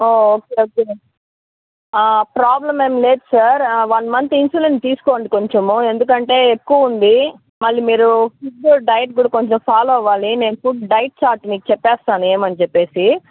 ఓ okay okay problem ఏమి లేదు sir one month insulin తీసుకోండి కొంచెము ఎందుకంటే ఎక్కువ ఉంది మళ్ళి మీరు ఫుడ్ డైట్ కూడా కొంచెం ఫాలో అవ్వాలి నేను ఫుడ్డు డైట్ చార్ట్ మీకు చెప్పేస్తాను ఏమని చెప్పేసి